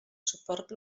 suport